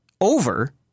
over